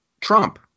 Trump